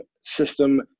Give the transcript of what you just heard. system